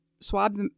Swab